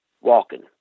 walking